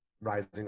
rising